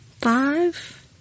five